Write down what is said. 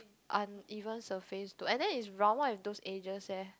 uneven surface though and then is round one with those edges eh